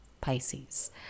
Pisces